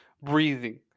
breathing